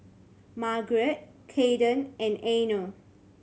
Margaret Kayden and Eino